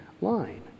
line